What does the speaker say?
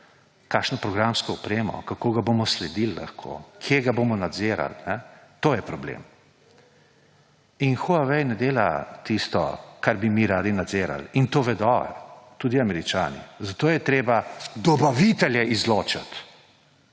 kakšno programsko opremo, kako ga bomo lahko sledili, kje ga bomo nadzirali. To je problem! In Huawei ne dela tistega, kar bi mi radi nadzirali, in to vedo tudi Američani. Zato je treba dobavitelje izločiti;